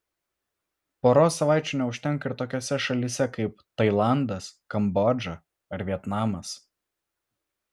poros savaičių neužtenka ir tokiose šalyse kaip tailandas kambodža ar vietnamas